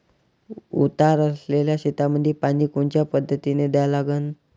उतार असलेल्या शेतामंदी पानी कोनच्या पद्धतीने द्या लागन?